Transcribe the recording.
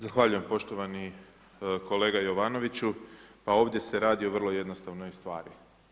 Zahvaljujem poštovani kolega Jovanoviću, pa ovdje se radi o vrlo jednostavnoj stvari.